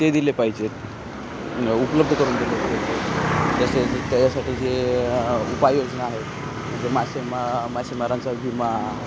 ते दिले पाहिजेत उपलब्ध करून दिले तसेच त्याच्यासाठी जे उपायोजना आहेत म्हणजे मासेमा मासेमारांचा विमा